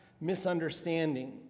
misunderstanding